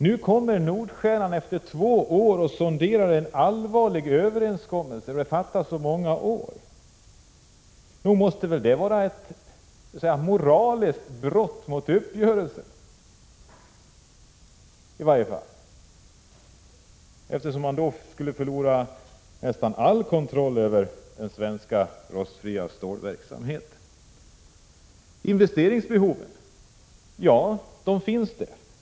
Nu kommer Nordstjernan efter två år och gör sonderingar för en allvarlig överenskommelse, där det fattas så många år. Nog måste väl det vara i varje fall ett moraliskt brott mot uppgörelsen, eftersom man då skulle förlora nästan all kontroll över den svenska rostfria stålverksamheten? Ja, nog finns det ett investeringsbehov.